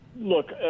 Look